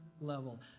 level